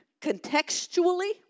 Contextually